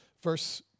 Verse